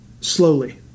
slowly